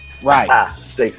Right